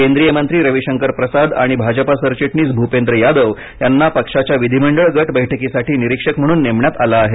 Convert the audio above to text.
केंद्रीय मंत्री रवीशंकर प्रसाद आणि भाजपा सरचिटणीस भूपेंद्र यादव यांना पक्षाच्या विधीमंडळ गट बैठकीसाठी निरीक्षक म्हणून नेमण्यात आलं आहे